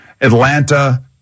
Atlanta